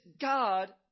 God